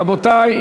רבותי,